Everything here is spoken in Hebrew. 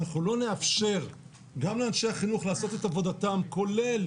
אם אנחנו לא נאפשר גם לאנשי החינוך לעשות את עבודתם כולל